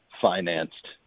financed